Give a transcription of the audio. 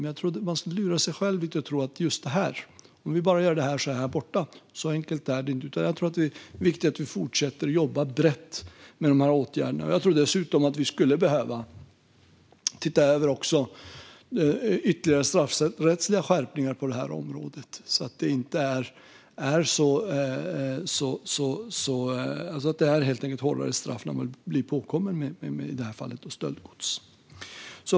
Men jag tror att man lurar sig själv om man tror att bara man gör så här och så här är problemet borta. Så enkelt är det inte. I stället är det viktigt att fortsätta att jobba brett med dessa åtgärder. Jag tror dessutom att vi behöver titta över ytterligare straffrättsliga skärpningar på området. Det ska helt enkelt utdömas hårdare straff när man blir påkommen med, i det här fallet, stöldgods.